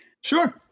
Sure